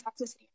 toxicity